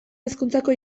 hezkuntzako